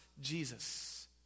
Jesus